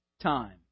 time